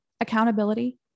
accountability